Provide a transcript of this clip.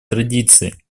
традиции